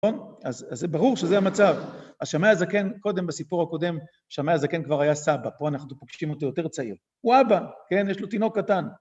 נכון? אז זה ברור שזה המצב. אז שמאי הזקן, קודם בסיפור הקודם, שמאי הזקן כבר היה סבא, פה אנחנו פוגשים אותו יותר צעיר. הוא אבא, כן? יש לו תינוק קטן.